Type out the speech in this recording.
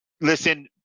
listen